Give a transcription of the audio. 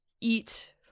eat